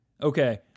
Okay